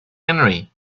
henry